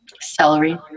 Celery